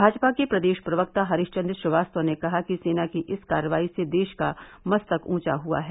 भाजपा के प्रदेश प्रवक्ता हरीश चन्द्र श्रीवास्तव ने कहा कि सेना की इस कार्रवाई से देश का मस्तक ऊँचा हुआ है